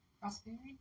Prosperity